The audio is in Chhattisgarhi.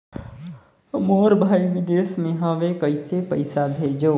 मोर भाई विदेश मे हवे कइसे पईसा भेजो?